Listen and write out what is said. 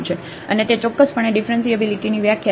અને તે ચોક્કસપણે ડીફરન્શીએબીલીટીની વ્યાખ્યા છે